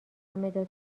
مداد